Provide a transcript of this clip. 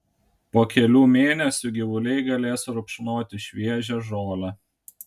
po kelių mėnesių gyvuliai galės rupšnoti šviežią žolę